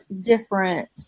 different